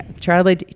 Charlie